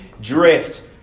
drift